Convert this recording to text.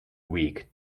weak